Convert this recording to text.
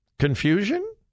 Confusion